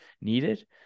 needed